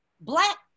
black